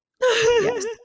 yes